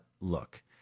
look